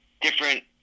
different